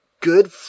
good